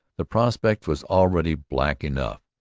the prospect was already black enough,